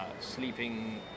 Sleeping